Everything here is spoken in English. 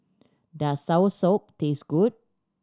does soursop taste good